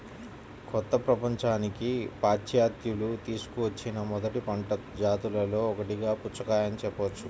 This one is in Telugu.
కొత్త ప్రపంచానికి పాశ్చాత్యులు తీసుకువచ్చిన మొదటి పంట జాతులలో ఒకటిగా పుచ్చకాయను చెప్పవచ్చు